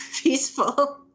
peaceful